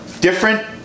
different